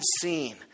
seen